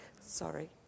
Sorry